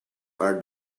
are